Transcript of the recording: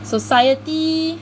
society